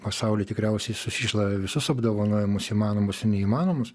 pasauly tikriausiai susišlavė visus apdovanojimus įmanomus ir neįmanomus